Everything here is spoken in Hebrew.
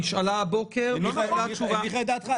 היא נשאלה הבוקר --- היא הניחה את דעתך?